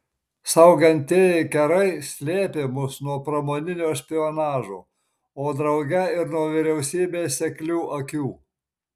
saugantieji kerai slėpė mus nuo pramoninio špionažo o drauge ir nuo vyriausybės seklių akių